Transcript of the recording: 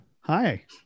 Hi